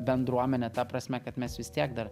bendruomenė ta prasme kad mes vis tiek dar